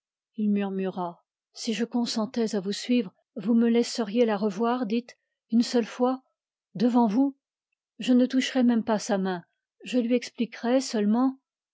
il murmura si je consentais à vous suivre vous me laisseriez la revoir dites une seule fois devant vous je ne toucherais même pas sa main je lui expliquerais seulement